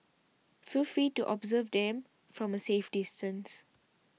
feel free to observe them from a safe distance